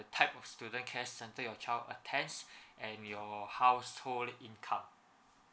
type of student care centre your child attends and your household income